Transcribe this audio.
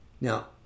Now